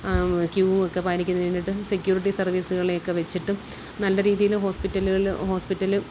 ക്യൂവൊക്കെ പാലിക്കുന്നതിനു വേണ്ടിയിട്ട് സെക്യൂരിറ്റി സർവ്വീസുകളൊക്കെ വെച്ചിട്ടു നല്ല രീതിയിൽ ഹോസ്പിറ്റലുകൾ ഹോസ്പിറ്റൽ